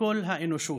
לכל האנושות.